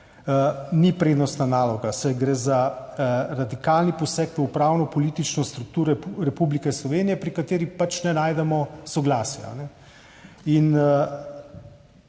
ni prednostna naloga, saj gre za radikalen poseg v upravno-politično strukturo Republike Slovenije, pri kateri pač ne najdemo soglasja.